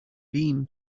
beam